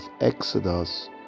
Exodus